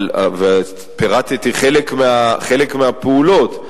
ופירטתי חלק מהפעולות.